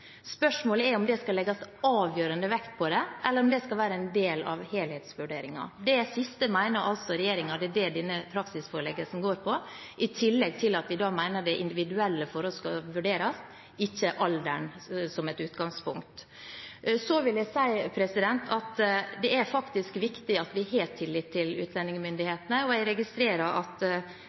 skal legges avgjørende vekt på eller være en del av helhetsvurderingen. Det siste mener regjeringen at denne praksispåleggelsen går på, og i tillegg mener vi at individuelle forhold og ikke alder skal vurderes, som et utgangspunkt. Det er faktisk viktig at vi har tillit til utlendingsmyndighetene, og jeg registrerer at